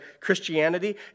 Christianity